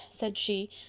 said she,